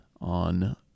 on